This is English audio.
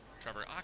Trevor